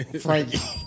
Frankie